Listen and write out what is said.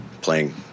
playing